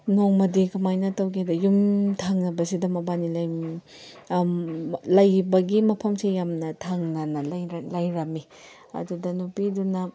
ꯅꯣꯡꯃꯗꯤ ꯀꯃꯥꯏꯅ ꯇꯧꯒꯦꯗ ꯌꯨꯝ ꯊꯪꯅꯕꯁꯤꯗ ꯃꯕꯥꯟꯅꯤ ꯂꯩꯕꯒꯤ ꯃꯐꯝꯁꯦ ꯌꯥꯝꯅ ꯊꯪꯅꯅ ꯂꯩꯔꯝꯃꯤ ꯑꯗꯨꯗ ꯅꯨꯄꯤꯗꯨꯅ